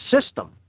system